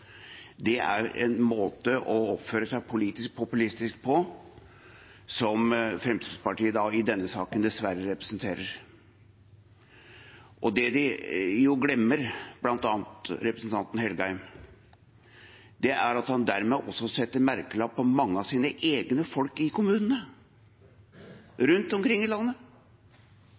Det er en måte å oppføre seg politisk populistisk på som Fremskrittspartiet dessverre representerer i denne saken. Det bl.a. representanten Engen-Helgheim da glemmer, er at han dermed også setter en merkelapp på mange av sine egne folk i kommunene rundt omkring i landet.